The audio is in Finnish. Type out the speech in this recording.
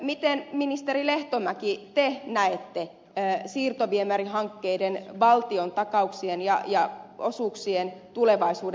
miten ministeri lehtomäki te näette siirtoviemärihankkeiden valtiontakauksien ja osuuksien tulevaisuuden